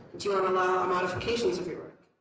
do you want to allow modifications of your work?